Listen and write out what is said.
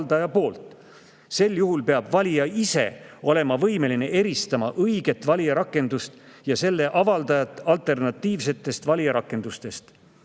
Sel juhul peab valija ise olema võimeline eristama õiget valijarakendust ja selle avaldajat alternatiivsetest valijarakendustest.